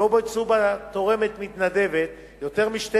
שלא בוצעו בתורמת המתנדבת יותר משתי